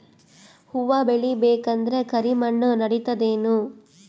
ಹುವ ಬೇಳಿ ಬೇಕಂದ್ರ ಕರಿಮಣ್ ನಡಿತದೇನು?